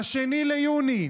ב-2 ביוני.